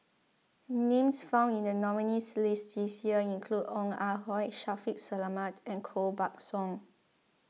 names found in the nominees' list this year include Ong Ah Hoi Shaffiq Selamat and Koh Buck Song